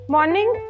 Morning